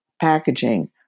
packaging